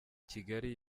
kigali